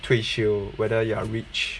退休 whether you are rich